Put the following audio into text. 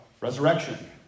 resurrection